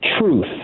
truth